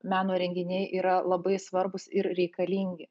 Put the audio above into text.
meno renginiai yra labai svarbūs ir reikalingi